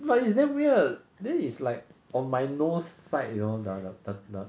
but it's damn weird then it's like on my nose side you know the the the the